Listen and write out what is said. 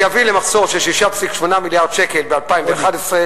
זה יביא למחסור של 6.8 מיליארד שקל ב-2011,